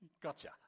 Gotcha